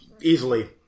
Easily